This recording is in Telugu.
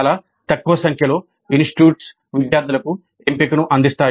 చాలా తక్కువ సంఖ్యలో ఇన్స్టిట్యూట్స్ విద్యార్థులకు ఎంపికను అందిస్తాయి